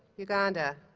uganda